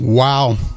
Wow